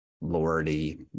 lordy